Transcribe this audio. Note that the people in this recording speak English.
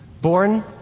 born